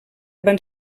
van